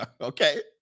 Okay